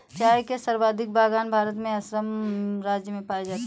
चाय के सर्वाधिक बगान भारत में असम राज्य में है